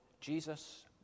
Jesus